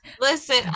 Listen